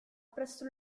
presso